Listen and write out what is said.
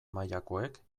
mailakoek